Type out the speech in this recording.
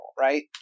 right